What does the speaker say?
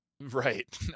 Right